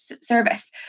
service